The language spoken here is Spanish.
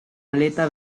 aleta